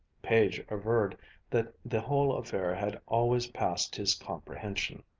page averred that the whole affair had always passed his comprehension,